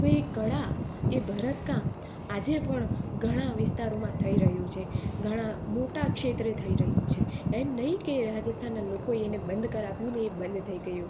તો એ કળા એ ભરતકામ આજે પણ ઘણા વિસ્તારમાં થઈ રહ્યું છે ઘણા મોટા ક્ષેત્રે થઈ રહ્યું છે એમ નહીં કે રાજસ્થાનના લોકોએ એને બંધ કરાવ્યું અને બંધ થઈ ગયું